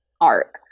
art